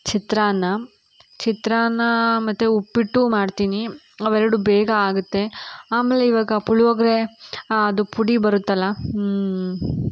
ಚಿತ್ರಾನ್ನ ಚಿತ್ರಾನ್ನ ಮತ್ತು ಉಪ್ಪಿಟ್ಟು ಮಾಡ್ತೀನಿ ಅವೆರಡೂ ಬೇಗ ಆಗುತ್ತೆ ಆಮೇಲೆ ಇವಾಗ ಪುಳಿಯೋಗ್ರೆ ಅದು ಪುಡಿ ಬರುತ್ತಲಾ ಹ್ಞೂ